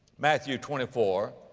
matthew twenty four,